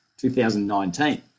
2019